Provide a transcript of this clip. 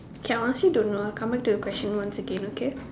okay I honestly don't know ah I will come back to your question once again okay